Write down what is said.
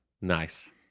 Nice